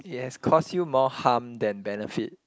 it has caused you more harm than benefit